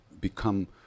become